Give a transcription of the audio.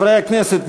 חברי הכנסת,